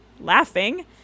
laughing